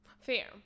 Fair